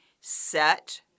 set